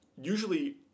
usually